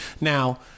Now